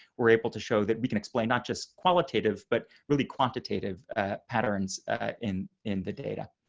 we're able to show that we can explain, not just qualitative but really quantitative patterns in in the data.